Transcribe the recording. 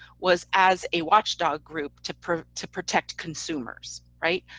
was as a watchdog group to pr to protect consumers, right?